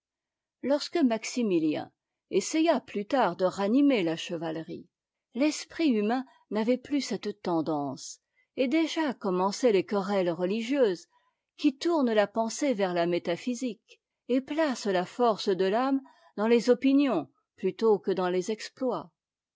lorsque maximilien essaya plus tard de ranimer la chevalerie l'esprit humain n'avait plus cette tendance et déjà commençaient les querelles religieuses qui tournent la pensée vers la métaphysique et placent la force de l'âme dans les opinions plutôt que dans les exploits